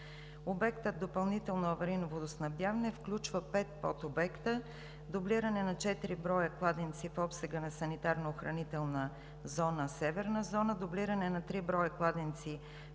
Обектът „Допълнително аварийно водоснабдяване“ включва пет подобекта: дублиране на четири броя кладенци в обсега на санитарно-охранителна зона „Северна зона“, дублиране на три броя кладенци